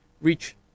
reach